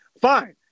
fine